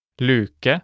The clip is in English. luke